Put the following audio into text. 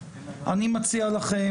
אני מציע לכם,